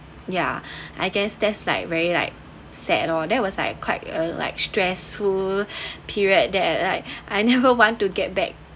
yeah I guess that's like very like sad lor that was a quite a like stressful period that I I never want to get back